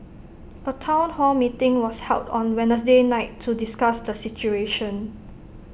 A Town hall meeting was held on Wednesday night to discuss the situation